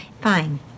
Fine